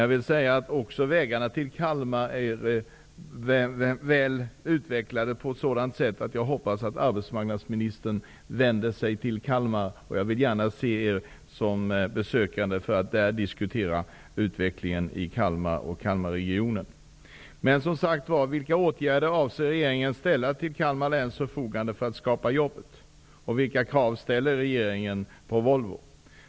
Jag vill dock säga att vägarna till Kalmar är väl utvecklade. Jag hoppas att arbetsmarknadsministern vänder sig till Kalmar. Jag vill gärna se honom som besökare, för att på plats diskutera utvecklingen i Kalmar och Kalmar läns förfogande för att skapa jobb? Vilka krav ställer regeringen på Volvo?